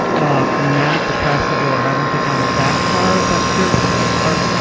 ah manic depressive or i don't think i'm that far, but there are,